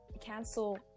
cancel